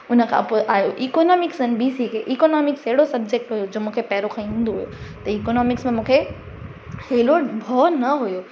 उन खां पोइ आयो इकोनॉमिक्स अने बी सी के इकोनॉमिक्स अहिड़ो सब्जेक्ट हुयो जो मूंखे पहिरियों खां ईंदो हुयो त इकोनॉमिक्स मूंखे अहिड़ो भउ न हुयो